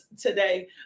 today